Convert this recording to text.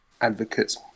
advocates